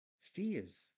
Fears